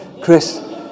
Chris